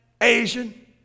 Asian